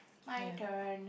my turn